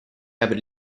apre